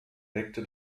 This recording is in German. deckte